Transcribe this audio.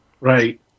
Right